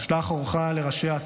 שלח אורך לראשיה,